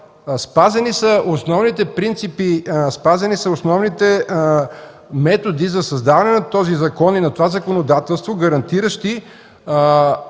Спазени са основните принципи, основните методи за създаване на този закон, на това законодателство, гарантиращи